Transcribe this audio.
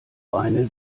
eine